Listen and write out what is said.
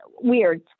Weird